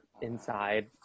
inside